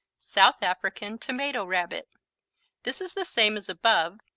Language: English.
south african tomato rabbit this is the same as above,